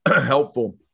helpful